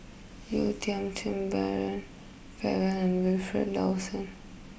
Yeo Tiam Siew Brian Farrell and Wilfed Lawson